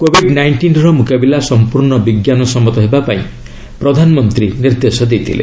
Covid ନାଇଷ୍ଟିନ୍ର ମୁକାବିଲା ସମ୍ପର୍ଣ୍ଣ ବିଜ୍ଞାନ ସମ୍ମତ ହେବା ପାଇଁ ପ୍ରଧାନମନ୍ତ୍ରୀ ନିର୍ଦ୍ଦେଶ ଦେଇଥିଲେ